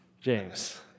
James